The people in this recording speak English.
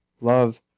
love